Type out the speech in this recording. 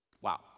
Wow